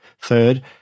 Third